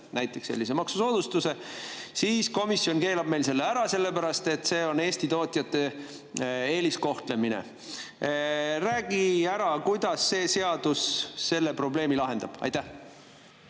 näiteks maksusoodustuse, siis komisjon keelab selle ära, sellepärast et see on Eesti tootjate eeliskohtlemine. Räägi ära, kuidas see seadus selle probleemi lahendab. Selle